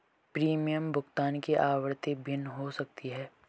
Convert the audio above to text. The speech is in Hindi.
प्रीमियम भुगतान की आवृत्ति भिन्न हो सकती है